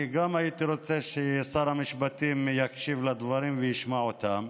גם אני הייתי רוצה ששר המשפטים יקשיב לדברים וישמע אותם: